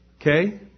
Okay